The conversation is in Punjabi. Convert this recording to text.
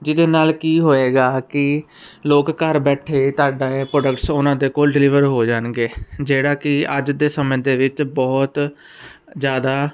ਜਿਹਦੇ ਨਾਲ ਕੀ ਹੋਏਗਾ ਕਿ ਲੋਕ ਘਰ ਬੈਠੇ ਤੁਹਾਡਾ ਇਹ ਪ੍ਰੋਡਕਟਸ ਉਹਨਾਂ ਦੇ ਕੋਲ ਡਿਲੀਵਰ ਹੋ ਜਾਣਗੇ ਜਿਹੜਾ ਕਿ ਅੱਜ ਦੇ ਸਮੇਂ ਦੇ ਵਿੱਚ ਬਹੁਤ ਜ਼ਿਆਦਾ